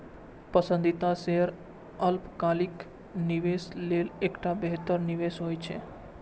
पसंदीदा शेयर अल्पकालिक निवेशक लेल एकटा बेहतर निवेश होइ छै